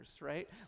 right